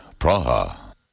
Praha